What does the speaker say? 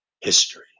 history